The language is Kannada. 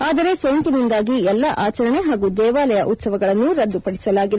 ಆದರೆ ಸೋಂಕಿನಿಂದಾಗಿ ಎಲ್ಲಾ ಆಚರಣೆ ಹಾಗೂ ದೇವಾಲಯ ಉತ್ಸವಗಳನ್ನು ರದ್ದುಪದಿಸಲಾಗಿದೆ